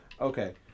okay